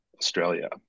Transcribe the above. Australia